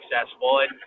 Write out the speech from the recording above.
successful